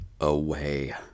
away